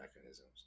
mechanisms